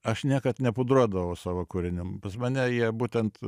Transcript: aš niekad nepudruodavau savo kūrinių pas mane jie būtent